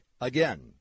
Again